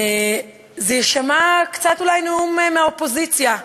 זה אולי יישמע קצת נאום מהאופוזיציה,